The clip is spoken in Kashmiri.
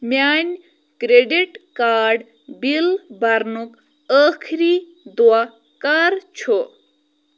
میٛانہِ کرٛیٚڈِٹ کارڈ بِل بَرنُک ٲخری دۄہ کَر چھُ